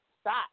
Stop